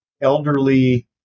elderly